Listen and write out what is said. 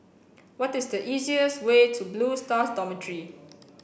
what is the easiest way to Blue Stars Dormitory